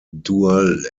dual